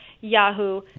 Yahoo